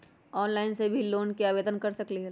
Online से भी loan के आवेदन कर सकलीहल?